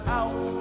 out